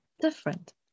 different